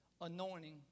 anointing